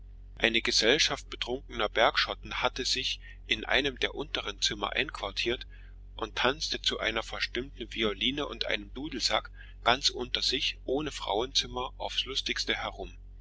eine gesellschaft betrunkener bergschotten hatte sich in einem der unteren zimmer einquartiert und tanzte zu einer verstimmten violine und einem dudelsack ganz unter sich ohne frauenzimmer auf's lustigste herum